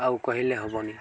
ଆଉ କହିଲେ ହବନି